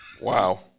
Wow